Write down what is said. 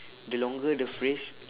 the longer the phrase